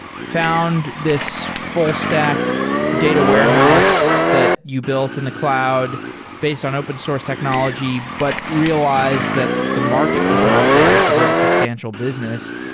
found this full stack data warehouse that you build in the cloud based on open source technology, but realized realized that the market was not there to build a substantial business.